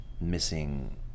missing